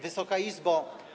Wysoka Izbo!